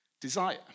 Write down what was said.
desire